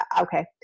okay